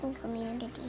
community